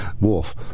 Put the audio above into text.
Wolf